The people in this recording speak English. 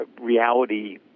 reality